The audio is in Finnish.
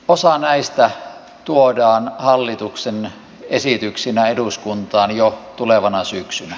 osa näistä tuodaan hallituksen esityksinä eduskuntaan jo tulevana syksynä